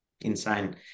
insane